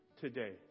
today